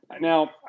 Now